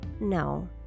No